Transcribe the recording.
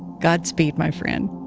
godspeed, my friend.